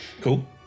Cool